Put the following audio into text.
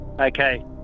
Okay